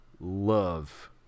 love